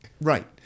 Right